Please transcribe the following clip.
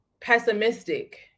pessimistic